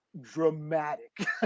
dramatic